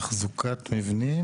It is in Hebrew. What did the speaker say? תחזוקת מבנים